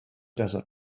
desert